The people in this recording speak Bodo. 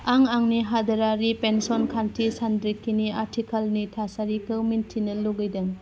आं आंनि हादोरारि पेन्सन खान्थि सान्द्रिखिनि आथिखालनि थासारिखौ मिन्थिनो लुबैदों